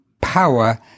power